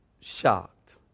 shocked